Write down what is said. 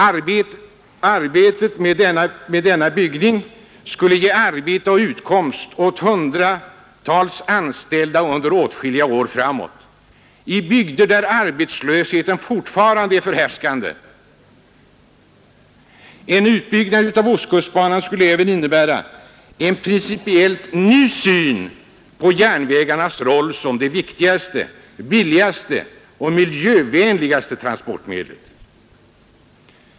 Arbetet med byggandet av den skulle ge arbete och utkomst åt hundratals anställda under åtskilliga år framåt i bygder där arbetslösheten fortfarande är förhärskande. En utbyggnad av ostkustbanan skulle även innebära en principiellt ny syn på järnvägarnas roll som det viktigaste, billigaste och miljövänligaste transportmedlet.